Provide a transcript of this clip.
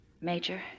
Major